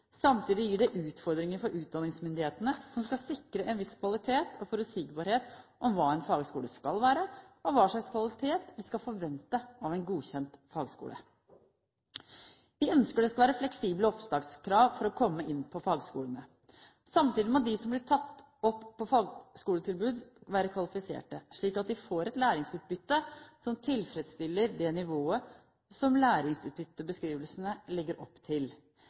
Samtidig gir det utfordringer for utdanningsmyndighetene, som skal sikre en viss kvalitet og forutsigbarhet når det gjelder hva en fagskole skal være, og hva slags kvalitet vi skal forvente av en godkjent fagskole. Vi ønsker at det skal være fleksible opptakskrav for å komme inn på fagskolene. Samtidig må de som blir tatt opp, som får et fagskoletilbud, være kvalifiserte, slik at de får et læringsutbytte som tilfredsstiller det nivået som læringsutbyttebeskrivelsene legger opp til.